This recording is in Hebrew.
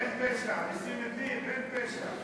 אין פשע במגזר הערבי, אין פשע,